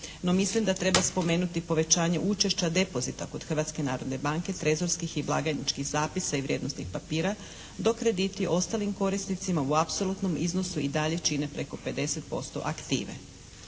No mislim da treba spomenuti povećanje učešća depozita kod Hrvatske narodne banke, trezorskih i blagajničkih zapisa i vrijednosnih papira dok krediti ostalim korisnicima u apsolutnom iznosu i dalje čine preko 50% aktive.